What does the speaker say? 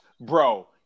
bro